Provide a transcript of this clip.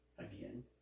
Again